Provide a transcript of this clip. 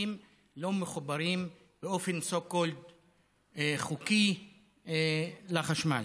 בתים לא מחוברים באופןso called חוקי לחשמל.